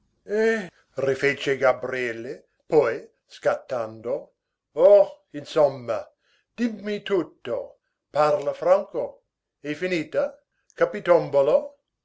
eh rifece gabriele poi scattando oh insomma dimmi tutto parla franco è finita capitombolo